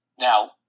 Now